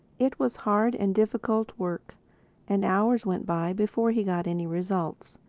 it was hard and difficult work and hours went by before he got any results.